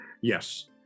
Yes